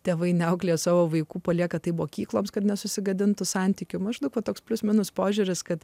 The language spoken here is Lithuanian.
tėvai neauklėja savo vaikų palieka tai mokykloms kad nesusigadintų santykių maždaug toks plius minus požiūris kad